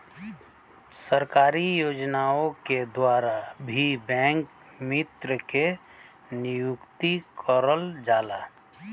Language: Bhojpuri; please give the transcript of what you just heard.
सरकारी योजना के द्वारा भी बैंक मित्र के नियुक्ति करल जाला